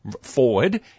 forward